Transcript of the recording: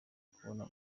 kubona